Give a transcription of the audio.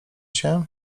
się